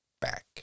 back